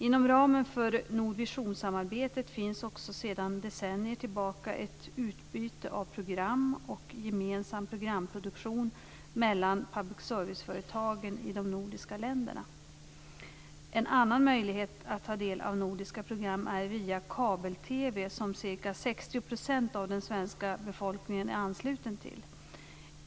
Inom ramen för Nordvisionsamarbetet finns också sedan decennier ett utbyte av program och gemensam programproduktion mellan public serviceföretagen i de nordiska länderna. En annan möjlighet att ta del av nordiska program är via kabel-TV, som ca 60 % av den svenska befolkningen är ansluten till.